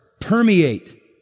Permeate